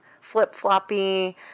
flip-floppy